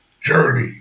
Journey